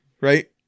right